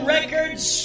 Records